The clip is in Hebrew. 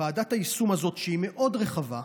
ועדת היישום הזאת היא מאוד רחבה,